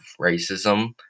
racism